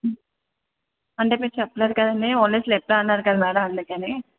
అంటే మీరు చెప్పలేదు కదండి ఓన్లీ స్లిప్సే అన్నారు కద మ్యాడం అందుకని